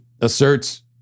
asserts